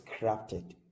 crafted